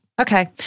Okay